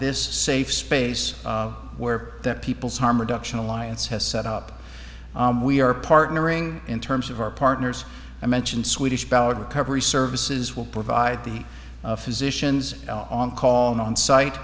this safe space where that people's harm reduction alliance has set up we are partnering in terms of our partners i mentioned swedish ballad recovery services will provide the physicians on call an on site